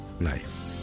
life